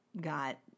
got